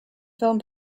film